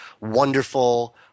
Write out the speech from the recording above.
wonderful